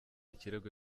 ikirego